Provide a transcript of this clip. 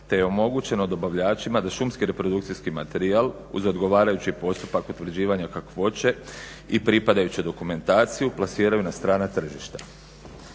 te je omogućeno dobavljačima da šumski reprodukcijski materijal uz odgovarajući postupak utvrđivanja kakvoće i pripadajuću dokumentaciju plasiraju na strana tržišta.